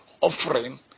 offering